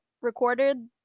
recorded